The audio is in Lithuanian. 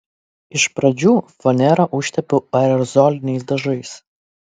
iš pradžių fanerą užtepiau aerozoliniais dažais